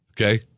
okay